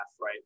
right